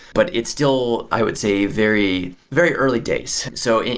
but it's still i would say very very early days. so,